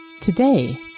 Today